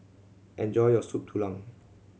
enjoy your Soup Tulang